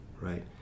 right